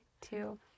two